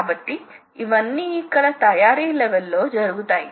కాబట్టి ఇవి యంత్రం యొక్క ప్రధాన భాగాలు